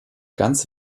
ganz